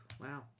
Wow